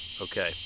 okay